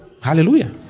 Hallelujah